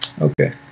Okay